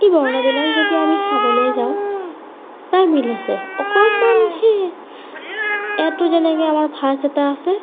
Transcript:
এই বৰ্ণবিলাক যদি আমি চাবলৈ যাওঁ প্ৰায় মিল আছে অকণমান সেই এ টোৰ যেনেকৈ আমাৰ ভাঁজ এটা আছে